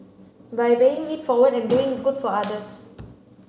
by paying it forward and doing good for others